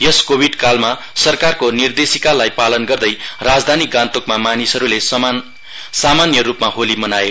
यस कोविडकालमा सरकारको निर्देशिकालाई पालन गर्दै राजधानी गान्तोकमा मानिसहरूले सामान्य रूपमा होली मनाए